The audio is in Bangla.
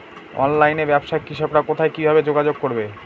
অনলাইনে ব্যবসায় কৃষকরা কোথায় কিভাবে যোগাযোগ করবে?